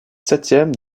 septième